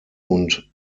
und